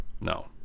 No